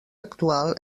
actual